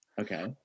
Okay